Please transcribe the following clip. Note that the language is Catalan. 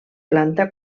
planta